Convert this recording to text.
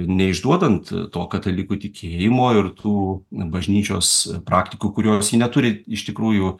neišduodant to katalikų tikėjimo ir tų bažnyčios praktikų kurios ji neturi iš tikrųjų